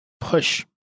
push